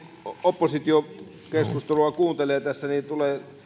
oppositiokeskustelua kuuntelee tässä niin